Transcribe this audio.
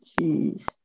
Jeez